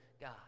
God